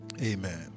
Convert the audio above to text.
Amen